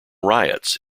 riots